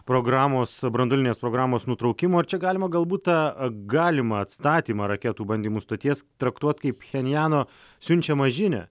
programos branduolinės programos nutraukimo čia galima galbūt tą galimą atstatymą raketų bandymų stoties traktuoti kaip pchenjano siunčiamą žinią